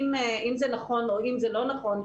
אם זה נכון או אם זה לא נכון,